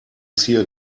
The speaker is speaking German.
zier